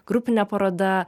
grupinė paroda